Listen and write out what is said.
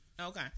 Okay